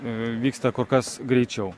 vyksta kur kas greičiau